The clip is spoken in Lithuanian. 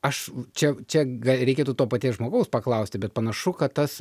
aš čia čia gal reikėtų to paties žmogaus paklausti bet panašu kad tas